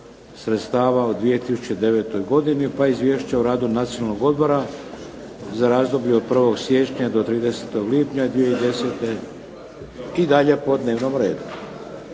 sredstava o 2009. godini, pa izvješća o radu Nacionalnog odbora za razdoblje od 1. siječnja do 30. lipnja 2010. i dalje po dnevnom redu.